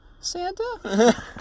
Santa